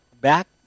back